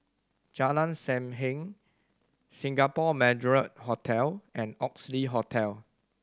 Jalan Sam Heng Singapore Marriott Hotel and Oxley Hotel